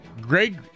Greg